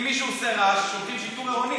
אם מישהו עושה רעש, שולחים שיטור עירוני.